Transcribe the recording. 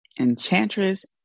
enchantress